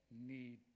need